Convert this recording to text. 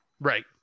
Right